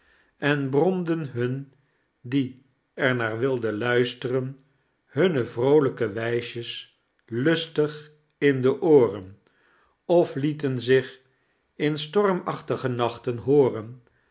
en hromden hun die er naar wijden luis'teren hunne vroolijke wijsjes ins i tig in de ooren of lie'ten zioh in stormachtige nachten hooren